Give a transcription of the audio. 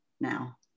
now